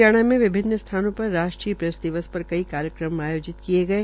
हरियाणा के विभिन्न स्थानों पर राष्ट्रीय प्रेसदिवस पर कई कार्यक्रम आयोजित किये गये